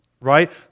right